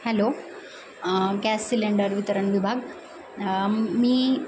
hello gas cylinder वितरण विभाग मी